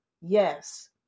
Yes